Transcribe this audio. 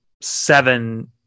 seven